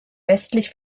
westlich